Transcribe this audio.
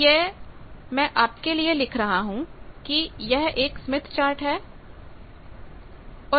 तो यह मैं आपके लिए लिख रहा हूं कि यह एक स्मिथ चार्ट है